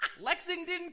Lexington